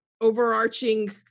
overarching